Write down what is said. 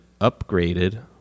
upgraded